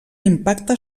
impacte